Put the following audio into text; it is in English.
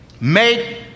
Make